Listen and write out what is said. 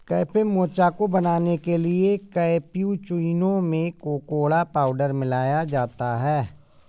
cafe mocha को बनाने के लिए कैप्युचीनो में कोकोडा पाउडर मिलाया जाता है